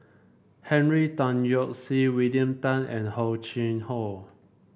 Henry Tan Yoke See William Tan and Oh Chai Hoo